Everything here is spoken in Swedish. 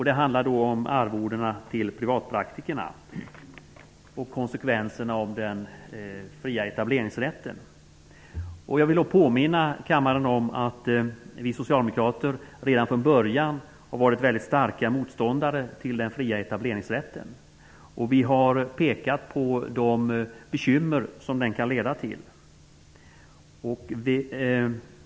Det gäller arvodena till privatpraktikerna och konsekvenserna av den fria etableringsrätten. Jag vill påminna kammaren om att vi socialdemokrater redan från början var väldigt starka motståndare till den fria etableringsrätten. Vi har pekat på de bekymmer som den kan leda till.